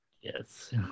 Yes